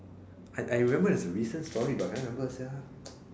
I I remember there's a recent story but I cannot remember sia